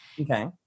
Okay